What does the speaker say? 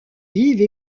vive